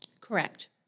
Correct